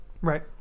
Right